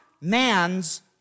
man's